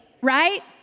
right